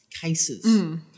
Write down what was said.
cases